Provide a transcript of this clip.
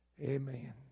Amen